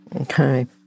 Okay